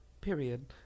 Period